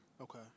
Okay